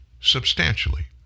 substantially